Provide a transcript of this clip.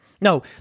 No